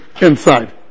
inside